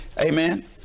Amen